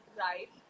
right